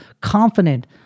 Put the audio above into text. confident